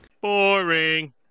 Boring